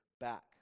back